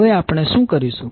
હવે આપણે શું કરીશું